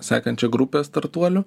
sakančią grupę startuolių